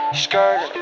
skirt